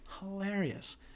hilarious